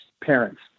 parents